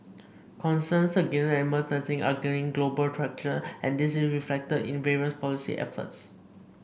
concerns against animal testing are gaining global traction and this is reflected in various policy efforts